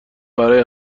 برای